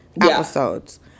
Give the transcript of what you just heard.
episodes